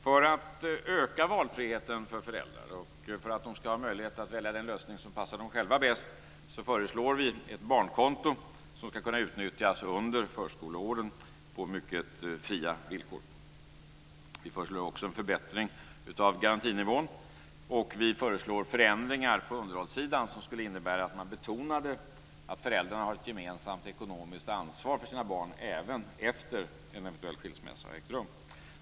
För att öka valfriheten för föräldrarna, och för att ge dem möjligheten att välja den lösning som passar dem själva bäst, föreslår vi ett barnkonto som ska kunna utnyttjas under förskoleåren på mycket fria villkor. Vi föreslår också en förbättring av garantinivån. Vi föreslår förändringar på underhållssidan, som innebär att man betonar att föräldrarna har ett gemensamt ekonomiskt ansvar för sina barn även efter att en eventuell skilsmässa har ägt rum.